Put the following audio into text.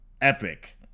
epic